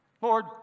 Lord